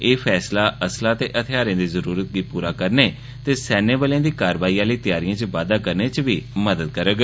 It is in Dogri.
एह् फैसला असलाह् ते हथियारें दी जरूरत गी पूरा करने ते सैन्यबलें दी कार्यवाई आह्ली तैयारिये च बाद्दा करने च मदद करोग